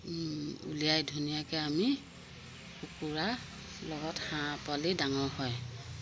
উলিয়াই ধুনীয়াকে আমি কুকুৰা লগত হাঁহ পোৱালি ডাঙৰ হয়